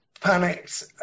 panicked